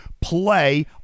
play